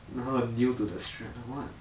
他很 new to that strat ah [what]